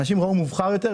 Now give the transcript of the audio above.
אנשים ראו מובחר יותר,